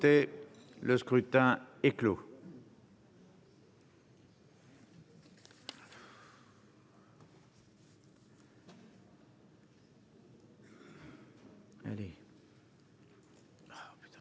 Le scrutin est clos.